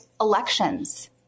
elections